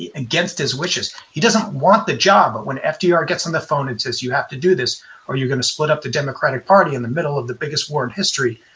against his wishes. he doesn't want the job. but when fdr gets on the phone and says, you have to do this or you're going to split up the democratic party in the middle of the biggest war in history,